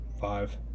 five